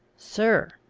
sir,